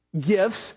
gifts